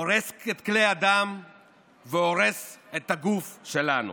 הורס את כלי הדם והורס את הגוף שלנו.